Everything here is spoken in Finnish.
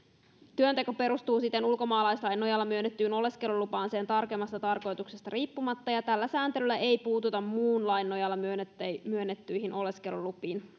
työnteko perustuu siten ulkomaalaislain nojalla myönnettyyn oleskelulupaan sen tarkemmasta tarkoituksesta riippumatta ja tällä sääntelyllä ei puututa muun lain nojalla myönnettyihin myönnettyihin oleskelulupiin